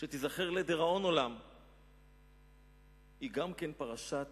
שייזכרו לדיראון עולם היא פרשת